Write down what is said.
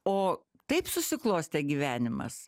o taip susiklostė gyvenimas